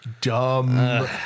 dumb